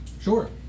Sure